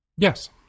Yes